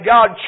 God